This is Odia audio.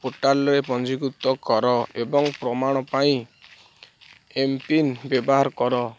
ପୋର୍ଟାଲରେ ପଞ୍ଜୀକୃତ କର ଏବଂ ପ୍ରମାଣ ପାଇଁ ଏମ୍ ପିନ୍ ବ୍ୟବହାର କର